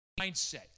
mindset